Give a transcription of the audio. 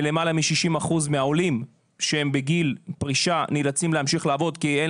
למעלה מ-60% מהעולים שהם בגיל פרישה נאלצים להמשיך לעבוד כי אין